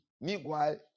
Meanwhile